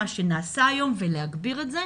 מה שנעשה היום ולהגביר את זה,